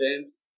James